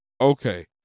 Okay